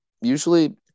Usually